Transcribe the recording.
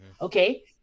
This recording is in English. Okay